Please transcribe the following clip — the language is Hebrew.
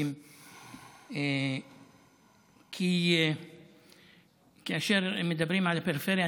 אופטיים כי כאשר מדברים על הפריפריה,